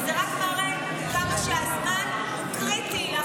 זה רק מראה כמה שהזמן הוא קריטי להחזיר אותם בחיים.